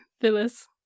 phyllis